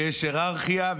ויש היררכיה,